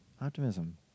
Optimism